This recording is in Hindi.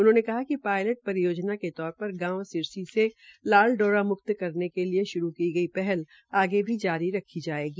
उन्होंने कहा कि पायलट परियोजना के तौर पर गांव सिरसी से लाल डोरा मुक्त करने के लिए शुरू की गई पहल आगे भी जारी रखी जायेगी